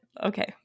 okay